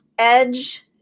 Edge